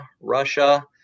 Russia